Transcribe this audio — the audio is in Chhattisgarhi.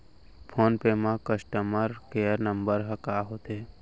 फोन पे म कस्टमर केयर नंबर ह का होथे?